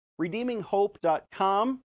redeeminghope.com